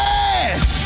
Yes